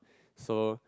so